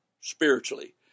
spiritually